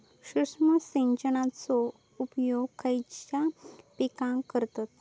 सूक्ष्म सिंचनाचो उपयोग खयच्या पिकांका करतत?